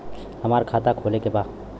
हमार खाता खोले के बा?